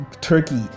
turkey